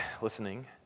listening